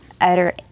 utter